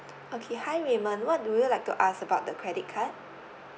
okay hi raymond what would you like to ask about the credit card